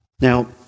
Now